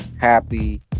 happy